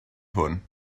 hwn